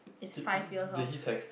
it's five years of